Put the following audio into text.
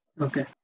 Okay